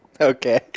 okay